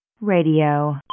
Radio